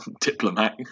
diplomat